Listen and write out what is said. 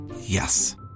Yes